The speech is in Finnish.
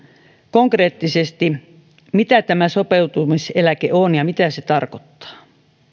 konkreettisesti mitä tämä sopeutumiseläke on ja mitä se tarkoittaa